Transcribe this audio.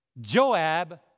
joab